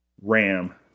ram